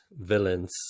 villains